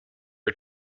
are